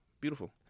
beautiful